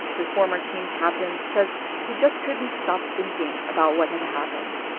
his former team captain, says he just couldn't stop thinking about what had happened,